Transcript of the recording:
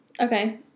Okay